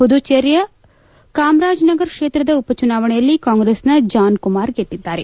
ಪುದುಚೇರಿಯ ಕಾಮರಾಜ್ನಗರ ಕ್ಷೇತ್ರದ ಉಪಚುನಾವಣೆಯಲ್ಲಿ ಕಾಂಗ್ರೆಸ್ನ ಜಾನ್ಕುಮಾರ್ ಗೆದ್ದಿದ್ದಾರೆ